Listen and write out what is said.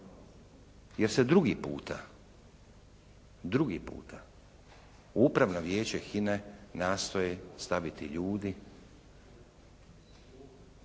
jer se drugi puta, drugi puta u Upravno vijeće nastoje staviti ljudi